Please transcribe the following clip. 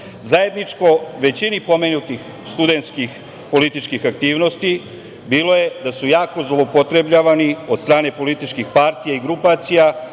miliona“.Zajedničko većini pomenutih studentskih političkih aktivnosti bilo je da su jako zloupotrebljavani od strane političkih partija i grupacija,